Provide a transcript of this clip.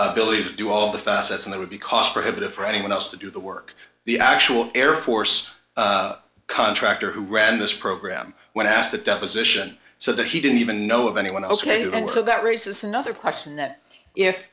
ability to do all the facets and it would be cost prohibitive for anyone else to do the work the actual air force contractor who ran this program when asked the deposition so that he didn't even know of anyone else could and so that raises another question that if